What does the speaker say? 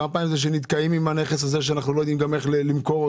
כמה פעמים נתקעים עם נכס שלא יודעים למכור?